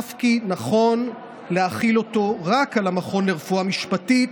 אף כי נכון להחיל אותה רק על המכון לרפואה משפטית,